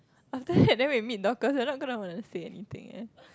after that then we meet Dorcas we're not gonna want to say anything eh